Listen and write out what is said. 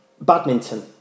Badminton